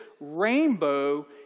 rainbow